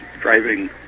driving